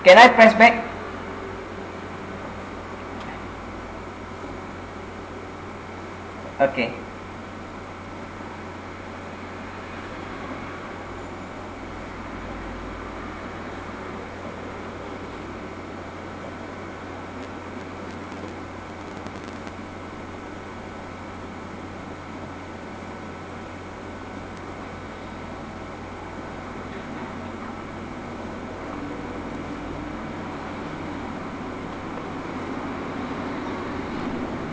can I press back okay